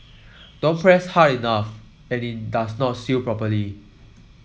don't press hard enough and it does not seal properly